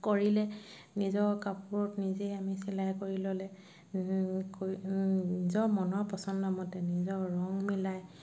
কৰিলে নিজৰ কাপোৰত নিজেই আমি চিলাই কৰি ল'লে কৰি নিজৰ মনৰ পচন্দ মতে নিজৰ ৰং মিলাই